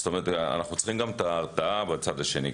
אנחנו צריכים גם את ההרתעה בצד השני,